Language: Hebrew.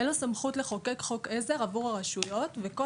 אין לו סמכות לחוקק חוק עזר עבור הרשויות וכל